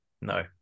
No